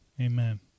amen